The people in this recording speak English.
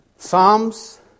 Psalms